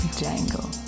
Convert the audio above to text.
jangle